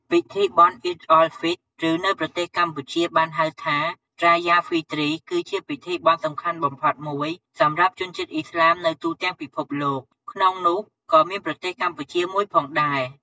ពិធីបុណ្យ អ៊ីឌអ៊ុលហ្វីត ឬ នៅប្រទេសកម្ពុជាបានហៅថា រ៉ាយ៉ា ហ្វីទ្រី គឺជាបុណ្យសំខាន់បំផុតមួយសម្រាប់ជនជាតិឥស្លាមនៅទូទាំងពិភពលោក ក្នុងនោះក៏មានប្រទេសកម្ពុជាមួយផងដែរ។